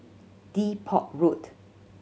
Depot Road